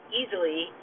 easily